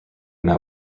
their